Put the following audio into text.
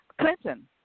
Clinton